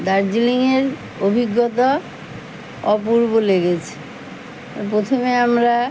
দার্জিলিংয়ের অভিজ্ঞতা অপূর্ব লেগেছে আর প্রথমে আমরা